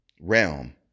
realm